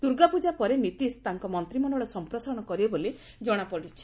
ଦୁର୍ଗାପୂଜା ପରେ ନିତୀଶ୍ ତାଙ୍କ ମନ୍ତ୍ରିମଣ୍ଡଳ ସମ୍ପ୍ରସାରଣ କରିବେ ବୋଲି ଜଣାପଡ଼ିଛି